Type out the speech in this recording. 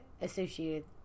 associated